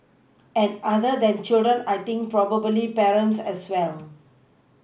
and other than children I think probably parents as well